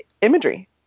imagery